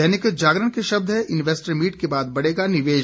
दैनिक जागरण के शब्द हैं इन्वेस्टर मीट के बाद बढ़ेगा निवेश